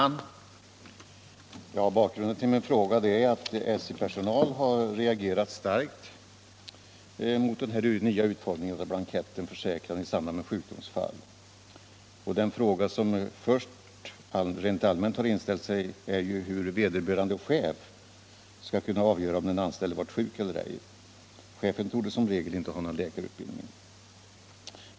Fru talman! Bakgrunden till min fråga är att SJ-personal har reagerat starkt mot den nya utformningen av blanketten Försäkran i samband med sjukdomsfall. Den fråga som rent allmänt inställt sig är hur vederbörande chef skall kunna avgöra om den anställde varit sjuk eller ej. Chefen har som regel inte någon läkarutbildning.